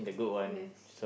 yes